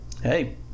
Hey